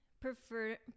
prefer